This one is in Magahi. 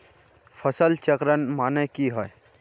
फसल चक्रण माने की होय?